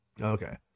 okay